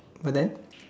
but then